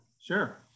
Sure